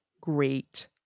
great